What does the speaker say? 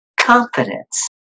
confidence